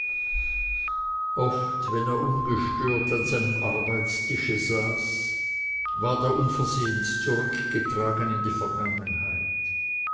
oft wenn er ungestört an seinem arbeitstische saß ward er unversehens zurückgetragen in die vergangenheit